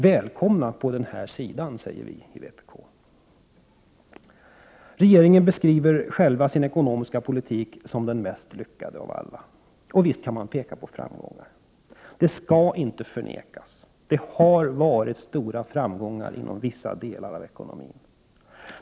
Välkommen på den här sidan, säger vi i vpk. Regeringen beskriver själv sin ekonomiska politik som den mest lyckade. Och visst kan man peka på framgångar — det skall inte förnekas. Det har varit stora framgångar inom vissa delar av ekonomin.